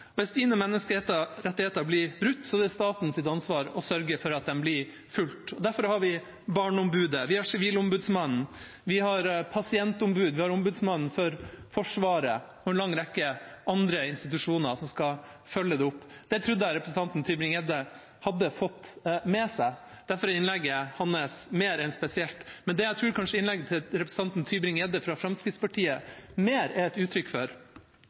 Hvis dine menneskerettigheter blir brutt, er det statens ansvar å sørge for at de blir fulgt. Derfor har vi Barneombudet, Sivilombudsmannen, Pasient- og brukerombudet, Ombudet for Forsvaret og en lang rekke andre institusjoner som skal følge det opp. Det trodde jeg representanten Tybring-Gjedde hadde fått med seg. Derfor er innlegget hans mer enn spesielt. Men det jeg kanskje tror innlegget til representanten Tybring-Gjedde fra Fremskrittspartiet mer er et uttrykk for